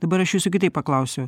dabar aš jūsų kitaip paklausiu